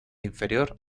inferior